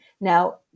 Now